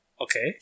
okay